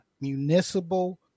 municipal